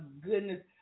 goodness